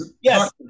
Yes